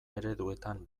ereduetan